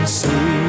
see